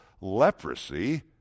leprosy